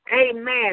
amen